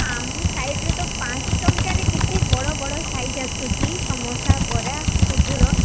ଆମ ସାଇଡ୍ରେ ତ ପାଞ୍ଚ ଟଙ୍କାରେ କେତେ ବଡ଼ ବଡ଼ ସାଇଜ୍ ଆସୁଛି ସମୋସା ବରା ସବୁର